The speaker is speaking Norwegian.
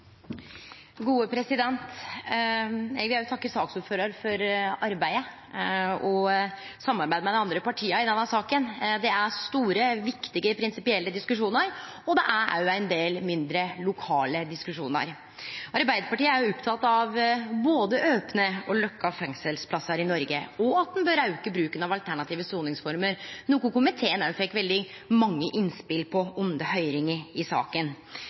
store, viktige prinsipielle diskusjonar, og det er òg ein del mindre, lokale diskusjonar. Arbeidarpartiet er oppteke av både opne og lukka fengselsplassar i Noreg, og av at ein bør auke bruken av alternative soningsformer, noko komiteen òg fekk veldig mange innspel på under høyringa i saka.